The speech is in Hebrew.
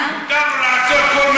שהוא עושה?